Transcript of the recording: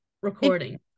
recording